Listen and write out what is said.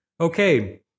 Okay